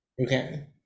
Okay